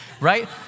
right